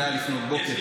זה היה לפנות בוקר,